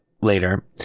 later